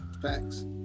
Facts